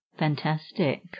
Fantastic